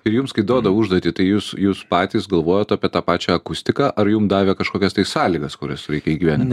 ir jums duoda užduotį tai jūs jūs patys galvojat apie tą pačią akustiką ar jum davė kažkokias tais sąlygas kurias reikia įgyvendin